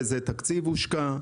איזה תקציב הושקע.